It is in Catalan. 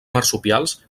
marsupials